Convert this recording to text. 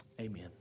Amen